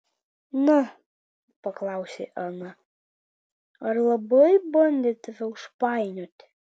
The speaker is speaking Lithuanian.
na paklausė ana ar labai bandė tave užpainioti